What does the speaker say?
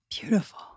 Beautiful